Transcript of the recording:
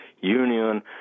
Union